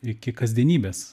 iki kasdienybės